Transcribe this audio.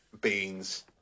beans